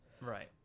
Right